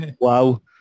Wow